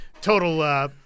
total